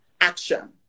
action